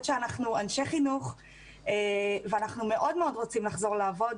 שאנחנו אנשי חינוך ואנחנו מאוד מאוד רוצים לחזור לעבוד